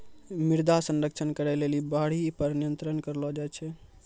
मृदा संरक्षण करै लेली बाढ़ि पर नियंत्रण करलो जाय छै